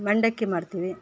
ಮಂಡಕ್ಕಿ ಮಾಡ್ತೀವಿ